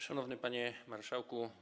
Szanowny Panie Marszałku!